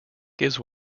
gives